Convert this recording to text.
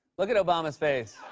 look at obama's face.